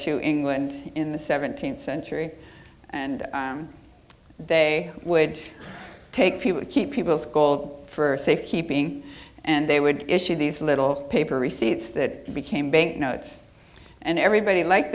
to england in the seventeenth century and they would take people to keep people's gold for safe keeping and they would issue these little paper receipts that became bank notes and everybody liked